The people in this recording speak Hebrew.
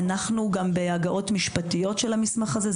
אני בהגהות משפטיות של המסמך הזה,